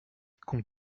qu’on